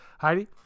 Heidi